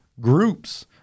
groups